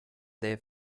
their